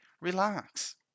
relax